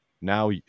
now